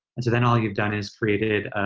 and so then all you've done is, created